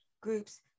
groups